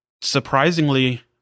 Surprisingly